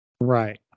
Right